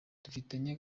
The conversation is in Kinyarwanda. dufitanye